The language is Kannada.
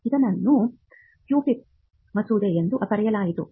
ಇದನ್ನು PUFIP ಮಸೂದೆ ಎಂದು ಕರೆಯಲಾಯಿತು